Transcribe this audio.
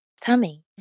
tummy